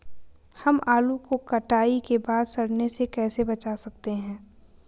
हम आलू को कटाई के बाद सड़ने से कैसे बचा सकते हैं?